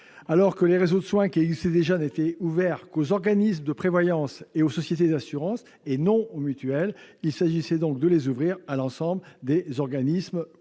En effet, les réseaux de soins qui existaient déjà n'étaient ouverts qu'aux organismes de prévoyance et aux sociétés d'assurance, et non aux mutuelles. Il fallait donc les ouvrir à l'ensemble des organismes